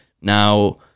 Now